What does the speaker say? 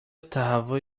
تهوع